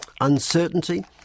uncertainty